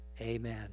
Amen